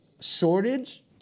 shortage